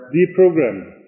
Deprogrammed